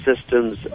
systems